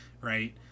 right